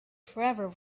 forever